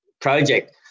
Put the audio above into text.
project